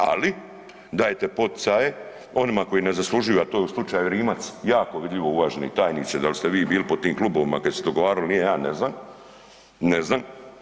Ali dajte poticaje onima koji ne zaslužuju, a to je u slučaju Rimac jako vidljivo uvaženi tajniče, dal ste vi bili po tim klubovima kada se dogovaralo, ja ne znam, ne znam.